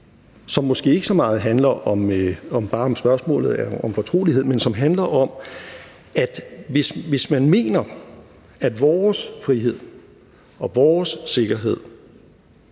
som måske ikke så meget bare handler om spørgsmålet om fortrolighed, men som handler om, at man, hvis man mener, at vores frihed og vores sikkerhed